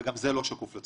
וגם זה לא שקוף לציבור.